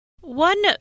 One